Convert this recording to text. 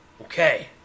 Okay